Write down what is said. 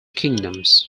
kingdoms